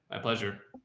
my pleasure.